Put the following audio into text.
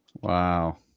wow